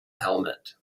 helmet